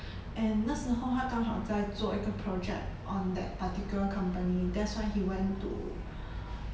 and 那时候他刚好在做一个 project on that particular company that's why he went to